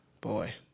Boy